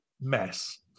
mess